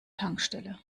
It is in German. tankstelle